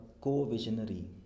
co-visionary